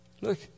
Look